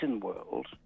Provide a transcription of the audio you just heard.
world